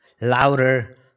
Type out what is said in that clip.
Louder